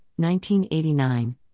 1989